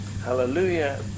Hallelujah